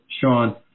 Sean